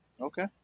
Okay